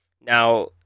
Now